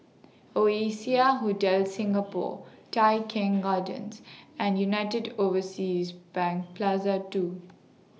Oasia Hotel Singapore Tai Keng Gardens and United Overseas Bank Plaza two